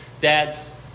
Dads